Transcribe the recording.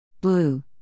blue